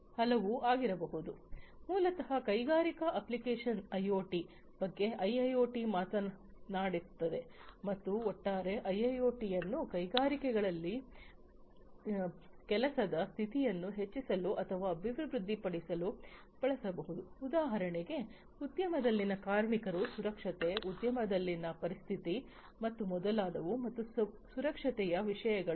ಆದ್ದರಿಂದ ಮೂಲತಃ ಕೈಗಾರಿಕಾ ಅಪ್ಲಿಕೇಶನ್ಗಳಿಗೆ ಐಒಟಿ ಬಗ್ಗೆ ಐಐಒಟಿ ಮಾತನಾಡುತ್ತದೆ ಮತ್ತು ಒಟ್ಟಾರೆ ಐಐಒಟಿಯನ್ನು ಕೈಗಾರಿಕೆಗಳಲ್ಲಿ ಕೆಲಸದ ಸ್ಥಿತಿಯನ್ನು ಹೆಚ್ಚಿಸಲು ಅಥವಾ ಅಭಿವೃದ್ಧಿಪಡಿಸಲು ಬಳಸುವುದು ಉದಾಹರಣೆಗೆ ಉದ್ಯಮದಲ್ಲಿನ ಕಾರ್ಮಿಕರ ಸುರಕ್ಷತೆ ಉದ್ಯಮದಲ್ಲಿನ ಪರಿಸ್ಥಿತಿ ಮತ್ತು ಮೊದಲಾದವು ಮತ್ತು ಸುರಕ್ಷತೆಯ ವಿಷಯಗಳ